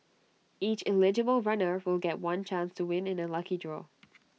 each eligible runner will get one chance to win in A lucky draw